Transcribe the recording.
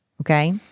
okay